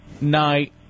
night